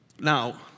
Now